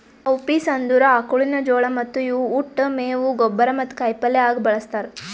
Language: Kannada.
ಕೌಪೀಸ್ ಅಂದುರ್ ಆಕುಳಿನ ಜೋಳ ಮತ್ತ ಇವು ಉಟ್, ಮೇವು, ಗೊಬ್ಬರ ಮತ್ತ ಕಾಯಿ ಪಲ್ಯ ಆಗ ಬಳ್ಸತಾರ್